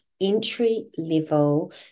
entry-level